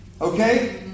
Okay